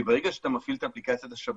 כי ברגע שאתה מפעיל את אפליקציית השב"כ,